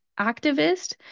activist